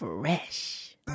Fresh